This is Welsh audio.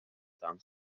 dan